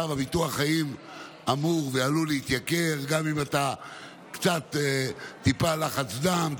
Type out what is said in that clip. עכשיו הביטוח חיים אמור ועלול להתייקר גם אם אתה קצת עם טיפה לחץ דם,